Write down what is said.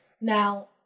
Now